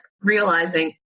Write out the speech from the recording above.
realizing